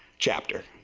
chapter?